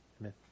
Amen